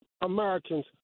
Americans